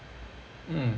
mm